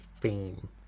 Fame